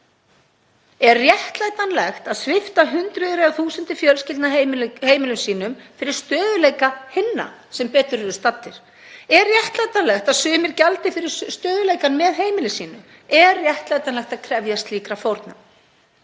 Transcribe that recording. Er réttlætanlegt að svipta hundruð eða þúsundir fjölskyldna heimilum sínum fyrir stöðugleika hinna sem betur eru staddir? Er réttlætanlegt að sumir gjaldi fyrir stöðugleikann með heimili sínu? Er réttlætanlegt að krefjast slíkra fórna?